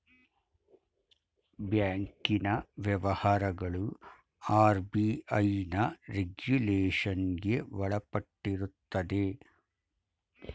ಬ್ಯಾಂಕಿನ ವ್ಯವಹಾರಗಳು ಆರ್.ಬಿ.ಐನ ರೆಗುಲೇಷನ್ಗೆ ಒಳಪಟ್ಟಿರುತ್ತದೆ